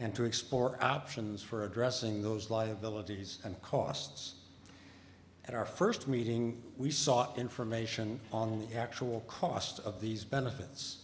and to explore options for addressing those liabilities and costs at our first meeting we saw information on the actual cost of these benefits